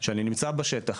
שאני נמצא בשטח,